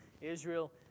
Israel